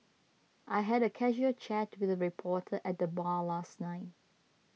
I had a casual chat with a reporter at the bar last night